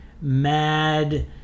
mad